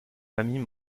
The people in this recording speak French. famille